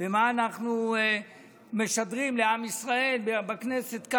ומה שאנחנו משדרים לעם ישראל בכנסת,